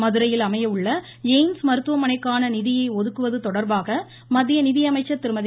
மதுரையில் அமையவுள்ள எய்ம்ஸ் மருத்துவமனைக்கான நிதியை ஒதுக்குவது தொடர்பாக மத்திய நிதியமைச்சர் திருமதி